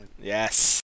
Yes